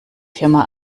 firma